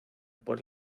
por